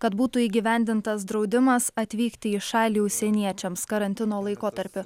kad būtų įgyvendintas draudimas atvykti į šalį užsieniečiams karantino laikotarpiu